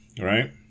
Right